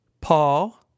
Paul